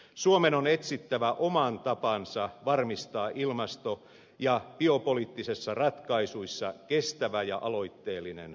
suomen on etsittävä oma tapansa varmistaa ilmasto ja biopoliittisissa ratkaisuissa kestävä ja aloitteellinen ote